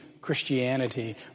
Christianity